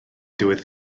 diwedd